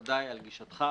בוודאי על גישתך.